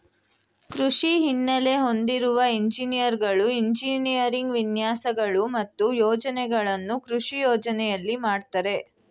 ಕೃಷಿ ಹಿನ್ನೆಲೆ ಹೊಂದಿರುವ ಎಂಜಿನಿಯರ್ಗಳು ಎಂಜಿನಿಯರಿಂಗ್ ವಿನ್ಯಾಸಗಳು ಮತ್ತು ಯೋಜನೆಗಳನ್ನು ಕೃಷಿ ಯೋಜನೆಯಲ್ಲಿ ಮಾಡ್ತರೆ